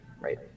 right